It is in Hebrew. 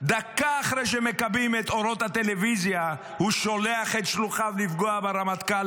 דקה אחרי שמכבים את אורות הטלוויזיה הוא שולח את שלוחיו לפגוע ברמטכ"ל.